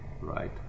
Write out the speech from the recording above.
right